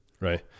Right